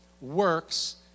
works